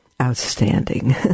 outstanding